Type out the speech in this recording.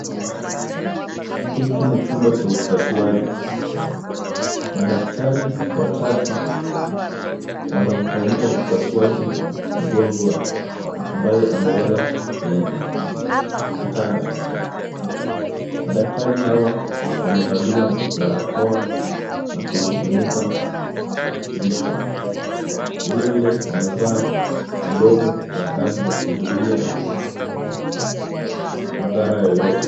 Hiki ni chumba cha upasuaji, madaktari watatu wanamfanyia upasuaji mgonjwa ambaye amelala kwenye kitanda. Madaktari hawa wamevalia barakoa na kujifunika vichwa, vilevile wamevaa glovu za kazi za kuzuiya madhara yoyote.